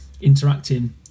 interacting